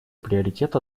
приоритет